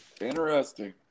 Interesting